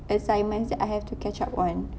assignments that I have to catch up on